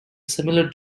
similar